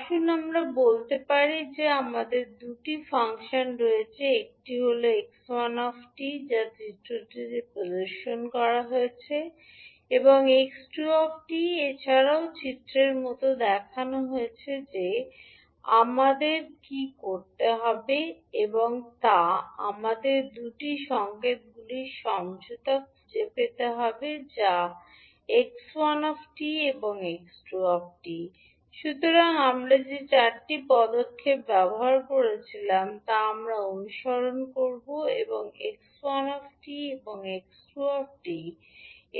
আসুন আমরা বলতে পারি যে আমাদের দুটি ফাংশন রয়েছে একটি হল 𝑥1 𝑡 যা চিত্রটিতে প্রদর্শিত হয়েছে এবং 𝑥2 𝑡 এছাড়াও চিত্রের মতো দেখানো হয়েছে যে আমাদের কী করতে হবে তা আমাদের 2 সংকেতগুলির সমঝোতা খুঁজে পেতে হবে যা 𝑥1 𝑡 এবং 𝑥2 𝑡 সুতরাং আমরা যে চারটি পদক্ষেপকে ব্যবহার করেছিলাম তা আমরা অনুসরণ করব এবং 𝑥1 এবং 𝑥2